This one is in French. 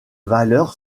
valeurs